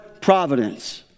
providence